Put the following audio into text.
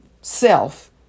self